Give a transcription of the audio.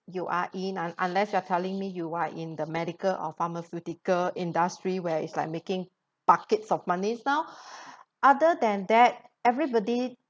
you are in and unless you are telling me you are in the medical or pharmaceutical industry where it's like making buckets of money now other than that everybody